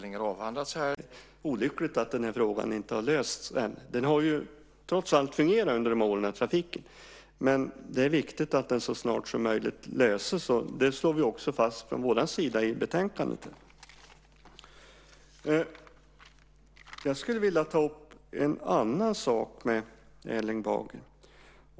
Fru talman! Ja, där kan vi vara överens. Det är olyckligt att den här frågan inte har lösts än. Den här trafiken har ju trots allt fungerat under många år, men det är viktigt att detta problem så snart som möjligt löses, och det slår vi också fast från vår sida i betänkandet. Jag skulle vilja ta upp en annan sak med Erling Bager.